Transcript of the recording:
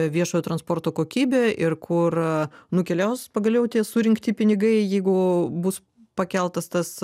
viešojo transporto kokybę ir kur nukeliaus pagaliau tie surinkti pinigai jeigu bus pakeltas tas